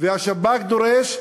והשב"כ דורש,